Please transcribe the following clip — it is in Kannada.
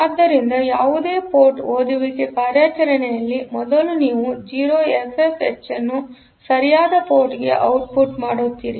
ಆದ್ದರಿಂದ ಯಾವುದೇ ಪೋರ್ಟ್ ಓದುವಿಕೆ ಕಾರ್ಯಾಚರಣೆಯಲ್ಲಿ ಮೊದಲು ನೀವು 0FFH ಅನ್ನು ಸರಿಯಾದ ಪೋರ್ಟ್ಗೆ ಔಟ್ಪುಟ್ ಮಾಡುತ್ತೀರಿ